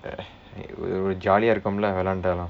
uh jolly-aa இருக்கும்ல விளையாடினாலும்:irukkumla vilaiyaadinaalum